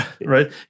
Right